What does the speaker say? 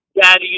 Daddy